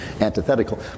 antithetical